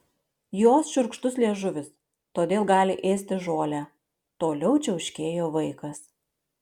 jos šiurkštus liežuvis todėl gali ėsti žolę toliau čiauškėjo vaikas